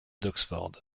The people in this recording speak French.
d’oxford